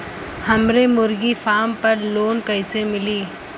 हमरे मुर्गी फार्म पर लोन कइसे मिली?